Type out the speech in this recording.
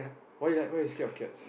why is that why you're scared of cats